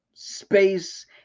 space